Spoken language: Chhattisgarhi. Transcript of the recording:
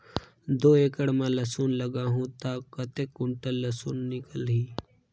दो एकड़ मां लसुन लगाहूं ता कतेक कुंटल लसुन निकल ही?